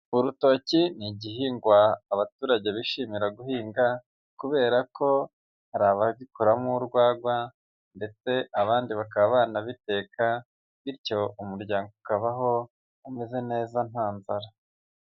Urutoki ni igihingwa abaturage bishimira guhinga, kubera ko hari abagikoramo urwagwa ndetse abandi bakaba banabiteka, bityo umuryango ukabaho umeze neza nta nzara.